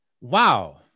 Wow